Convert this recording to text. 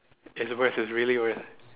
it's worth it's really worth